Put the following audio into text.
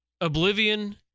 Oblivion